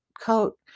coat